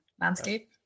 landscape